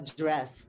dress